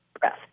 breath